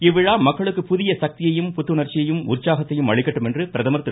இவ்விழா மக்களுக்கு புதிய சக்தியையும் புத்துணர்ச்சியையும் உற்சாகத்தையும் அளிக்கட்டும் என்று பிரதமர் திரு